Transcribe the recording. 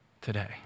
today